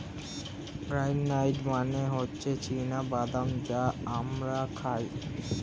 ground nut মানে হচ্ছে চীনা বাদাম যা আমরা খাই